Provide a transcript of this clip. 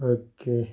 okay